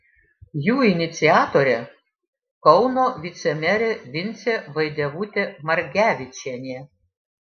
jų iniciatorė kauno vicemerė vincė vaidevutė margevičienė